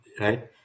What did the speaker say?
right